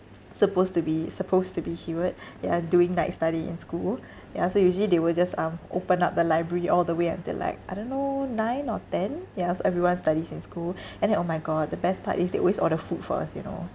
supposed to be supposed to be hewit ya doing like study in school ya so usually they will just um open up the library all the way until like I don't know nine or ten ya so everyone studies in school and then oh my god the best part is they always order food for us you know